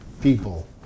people